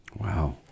Wow